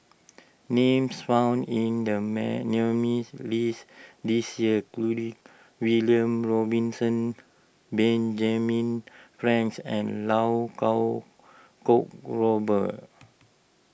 names found in the list this year include William Robinson Benjamin Frank and Lau Kuo Kwong Robert